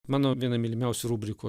mano viena mylimiausių rubrikų